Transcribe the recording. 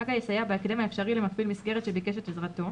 הג"א יסייע בהקדם האפשרי למפעיל מסגרת שביקש את עזרתו,